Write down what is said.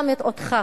גם אותך,